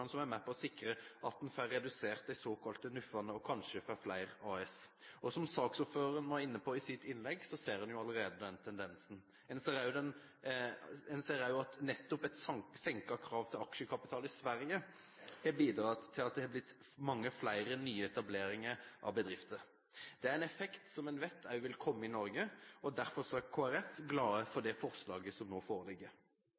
som er med på å sikre at man får redusert de såkalte NUF-ene, og kanskje får flere aksjeselskap her. Som saksordordføreren var inne på i sitt innlegg, ser en allerede den tendensen. En ser også at nettopp et senket krav til aksjekapital i Sverige har bidratt til at det har blitt mange flere nye etableringer av bedrifter. Det er en effekt som en vet vil komme i Norge også, og derfor er